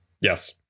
Yes